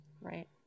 Right